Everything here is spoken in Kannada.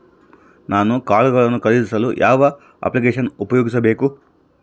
ನಾನು ಕಾಳುಗಳನ್ನು ಖರೇದಿಸಲು ಯಾವ ಅಪ್ಲಿಕೇಶನ್ ಉಪಯೋಗಿಸಬೇಕು?